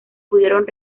pudieron